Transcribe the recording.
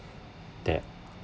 that